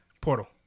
portal